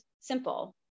simple